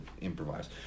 improvise